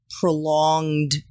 prolonged